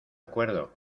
acuerdo